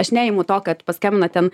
aš neimu to kad paskambina ten